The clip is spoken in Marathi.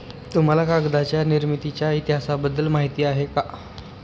तुम्हाला कागदाच्या निर्मितीच्या इतिहासाबद्दल माहिती आहे का?